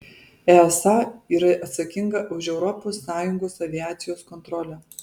easa yra atsakinga už europos sąjungos aviacijos kontrolę